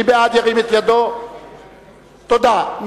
51, נגד,